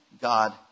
God